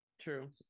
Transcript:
True